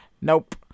nope